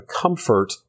comfort